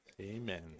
Amen